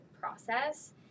process